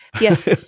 yes